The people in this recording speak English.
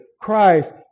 Christ